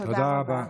תודה רבה.